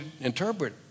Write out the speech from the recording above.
interpret